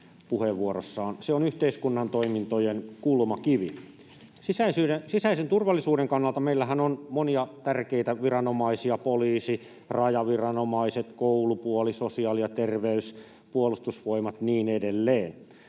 se on yhteiskunnan toimintojen kulmakivi. Sisäisen turvallisuuden kannalta meillähän on monia tärkeitä viranomaisia: poliisi, rajaviranomaiset, koulupuoli, sosiaali ja terveys, Puolustusvoimat, niin edelleen.